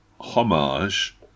homage